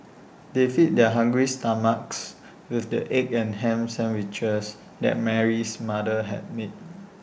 they feed their hungry stomachs with the egg and Ham Sandwiches that Mary's mother had made